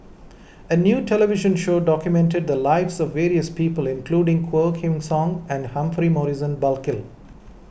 a new television show documented the lives of various people including Quah Kim Song and Humphrey Morrison Burkill